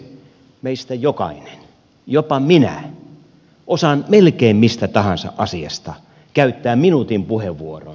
meistä jokainen jopa minä osaa melkein mistä tahansa asiasta käyttää minuutin puheenvuoron